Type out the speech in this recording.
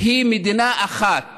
היא מדינה אחת